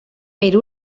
per